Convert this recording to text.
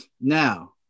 Now